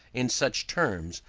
in such terms,